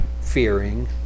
fearing